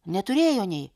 neturėjo nei